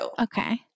Okay